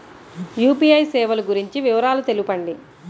UPI సేవలు గురించి వివరాలు తెలుపండి?